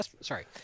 Sorry